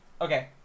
Okay